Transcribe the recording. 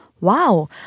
Wow